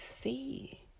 see